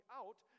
out